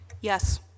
yes